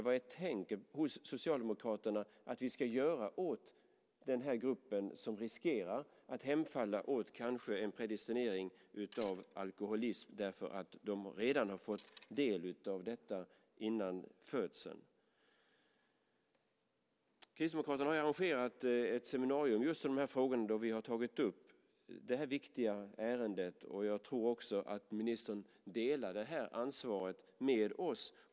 Vad tänker Socialdemokraterna att vi ska göra åt den här gruppen som riskerar att bli predestinerade för alkoholism eftersom de redan har fått del av detta innan födseln? Kristdemokraterna har arrangerat ett seminarium i just de här frågorna då vi har tagit upp det här viktiga ärendet. Jag tror också att ministern delar det här ansvaret med oss.